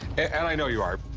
and i know you are.